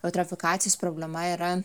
eutrofikacijos problema yra